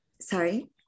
sorry